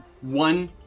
one